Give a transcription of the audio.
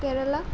কেৰেলা